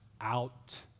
out